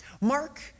Mark